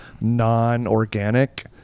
non-organic